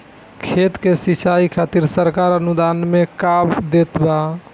खेत के सिचाई खातिर सरकार अनुदान में का देत बा?